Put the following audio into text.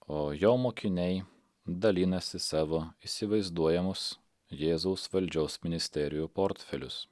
o jo mokiniai dalinasi savo įsivaizduojamus jėzaus valdžios ministerijų portfelius